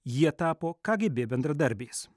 jie tapo kgb bendradarbiais